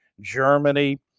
Germany